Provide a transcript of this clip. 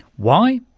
why?